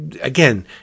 again